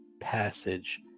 passage